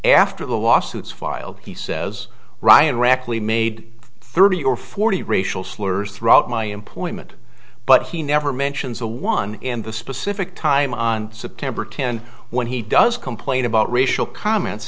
after the lawsuits filed he says ryan rackley made thirty or forty racial slurs throughout my employment but he never mentions a one and the specific time on september tenth when he does complain about racial comments